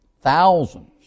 thousands